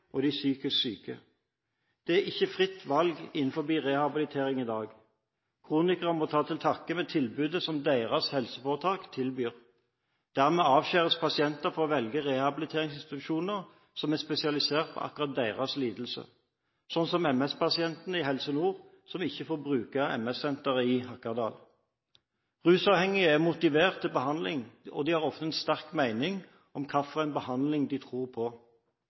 og de psykisk syke. Det er ikke fritt valg innenfor rehabilitering i dag. Kronikerne må ta til takke med det tilbudet som deres helseforetak tilbyr. Dermed avskjæres pasienter fra å velge rehabiliteringsinstitusjoner som er spesialiserte på akkurat deres lidelse, sånn som MS-pasientene i Helse Nord som ikke får bruke MS-Senteret i Hakadal. Rusavhengige er motivert for behandling, og de har ofte en sterk mening om hvilken behandling de tror på.